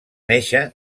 néixer